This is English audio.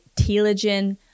telogen